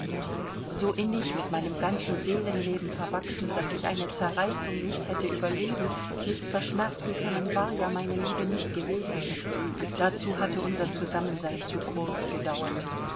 so innig mit meinem ganzen seelenleben verwachsen daß ich eine zerreißung nicht hätte überleben nicht verschmerzen können war ja meine liebe nicht gewesen dazu hatte unser zusammensein zu kurz gedauert